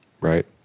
right